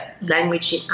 language